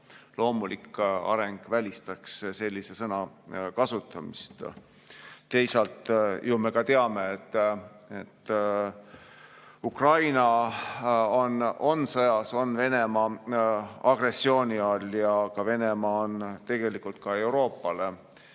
Loomulik areng välistaks selle sõna kasutamise. Teisalt me teame, et Ukraina on sõjas, Venemaa agressiooni all. Venemaa on tegelikult ka Euroopale